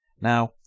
Now